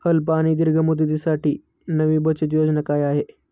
अल्प आणि दीर्घ मुदतीसाठी नवी बचत योजना काय आहे?